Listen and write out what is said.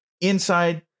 inside